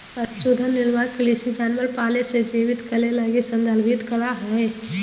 पशुधन निर्वाह कृषि जानवर पाले से जीवित करे लगी संदर्भित करा हइ